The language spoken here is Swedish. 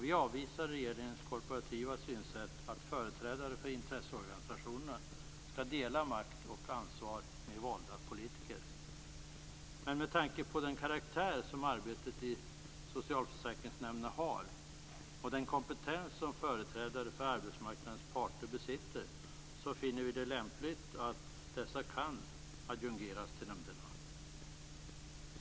Vi avvisar regeringens korporativa synsätt att företrädare för intresseorganisationer skall dela makt och ansvar med valda politiker. Men med tanke på den karaktär som arbetet i socialförsäkringsnämnderna har och den kompetens som företrädare för arbetsmarknadens parter besitter finner vi det lämpligt att dessa kan adjungeras till nämnderna.